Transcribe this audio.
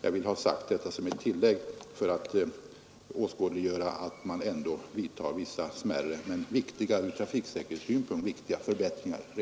Jag har velat göra detta tillägg för att åskådliggöra att man redan nu ändå vidtar vissa smärre men ur trafiksäkerhetssynpunkt viktiga förbättringar.